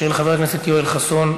של חבר הכנסת יואל חסון,